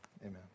Amen